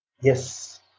Yes